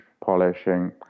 polishing